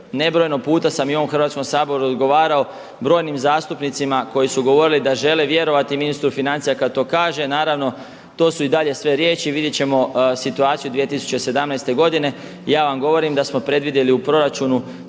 Nebrojeno puta sam i u ovom Hrvatskom saboru odgovarao brojnim zastupnicima koji su govorili da žele vjerovati ministru financija kada to kaže, naravno to su i dalje sve riječi, vidjet ćemo situaciju 2017. godine. Ja vam govorim da smo predvidjeli u proračunu